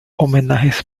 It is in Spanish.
homenajes